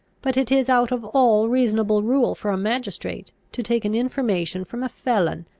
but it is out of all reasonable rule for a magistrate to take an information from a felon,